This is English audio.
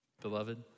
Beloved